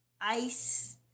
ice